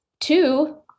Two